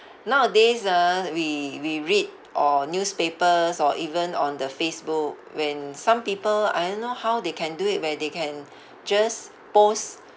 nowadays ah we we read or newspapers or even on the Facebook when some people I don't know how they can do it where they can just post